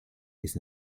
ist